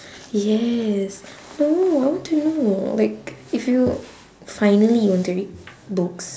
yes no I want to know like if you finally you want to read books